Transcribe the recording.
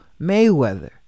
Mayweather